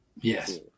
Yes